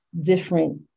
different